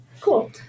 Cool